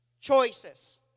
choices